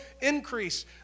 increase